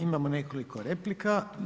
Imamo nekoliko replike.